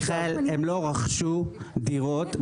מיכאל, הם לא רכשו דירות.